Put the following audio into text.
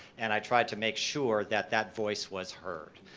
and i tried to make sure that that voice was heard.